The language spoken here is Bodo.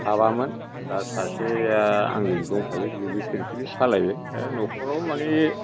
साबामोन दा सासेया आंजोंनो दंफायो बेबो फिरफिलि सालायो न'खराव मानि